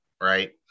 right